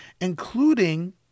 including